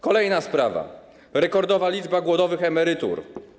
Kolejna sprawa - rekordowa liczba głodowych emerytur.